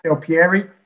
Pieri